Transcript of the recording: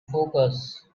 focus